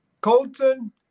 Colton